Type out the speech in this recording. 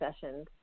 sessions